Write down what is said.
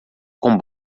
com